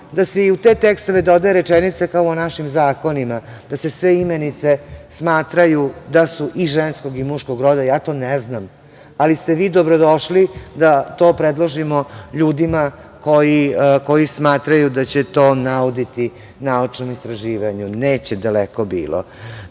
da se i u te tekstove doda rečenica kao u našim zakonima, da se sve imenice smatraju da su i ženskog i muškog roda, ja to ne znam, ali ste vi dobrodošli da to predložimo ljudima koji smatraju da će to nauditi naučnom istraživanju. Neće, daleko bilo.Za